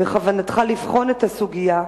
בכוונתך לבחון את הסוגיה?